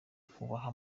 ubaha